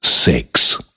Six